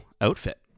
outfit